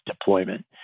deployment